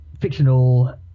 fictional